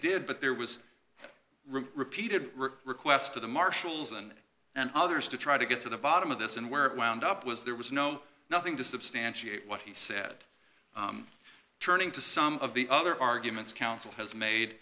did but there was repeated requests to the marshals and others to try to get to the bottom of this and where it wound up was there was no nothing to substantiate what he said turning to some of the other arguments counsel has made